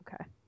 Okay